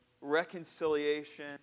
Reconciliation